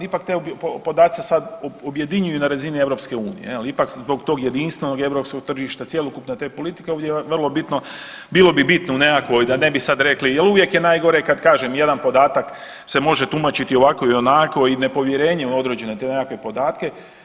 Ipak te podaci se sad objedinjuju na razini Europske unije, zbog tog jedinstvenog Europskog tržišta cjelokupne te politike ovdje je vrlo bitno, bilo bi bitno u nekakvoj da ne bi sad rekli, jel uvijek je najgore kada kažem jedan podatak se može tumačiti ovako i onako i nepovjerenje u određene te nekakve podatke.